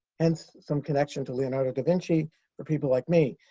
hence some connection to leonardo da vinci for people like me.